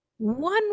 One